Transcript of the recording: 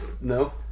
no